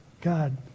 God